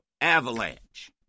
avalanche